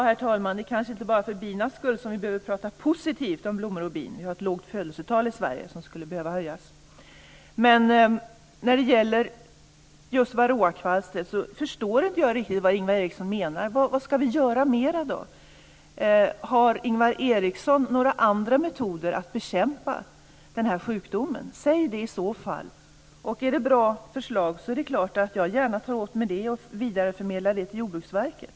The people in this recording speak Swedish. Herr talman! Det är kanske inte bara för binas skull som vi behöver prata positivt om blommor och bin. Vi har ett lågt födelsetal i Sverige som skulle behöva höjas. När det gäller varroakvalstret förstår jag inte riktigt vad Ingvar Eriksson menar. Vad ska vi göra mera? Har Ingvar Eriksson några andra metoder att bekämpa den sjukdomen? Säg det i så fall! Om det är bra förslag, är det klart att jag gärna tar åt mig dem och vidareförmedlar dem till Jordbruksverket.